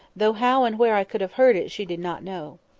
though how and where i could have heard it she did not know.